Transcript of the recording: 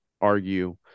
argue